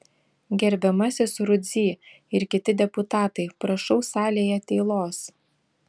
gerbiamasis rudzy ir kiti deputatai prašau salėje tylos